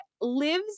lives